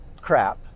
crap